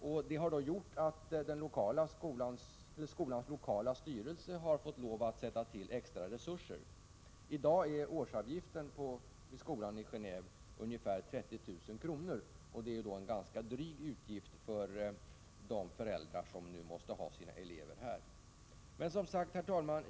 Detta har gjort att skolans lokala styrelse har blivit tvungen att sätta till extra resurser. I dag är årsavgiften vid skolan i Geneve ungefär 30 000 kr., och det är en ganska dryg utgift för de föräldrar som måste ha sina barn i skolan. Herr talman!